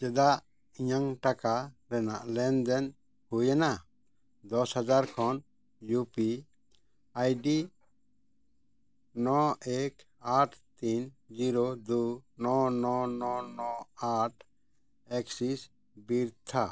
ᱪᱮᱫᱟᱜ ᱤᱧᱟᱜ ᱴᱟᱠᱟ ᱨᱮᱭᱟᱜ ᱞᱮᱱᱫᱮᱱ ᱦᱩᱭᱱᱟ ᱫᱚᱥ ᱦᱟᱡᱟᱨ ᱠᱷᱚᱱ ᱤᱭᱩ ᱯᱤ ᱟᱭᱰᱤ ᱱᱚ ᱮᱠ ᱟᱴ ᱛᱤ ᱡᱤᱨᱳ ᱫᱩ ᱱᱚ ᱱᱚ ᱱᱚ ᱱᱚ ᱟᱴ ᱮᱠᱥᱤᱥ ᱵᱤᱨᱛᱷᱟ